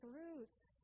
roots